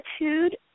attitude